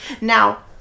Now